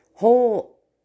whole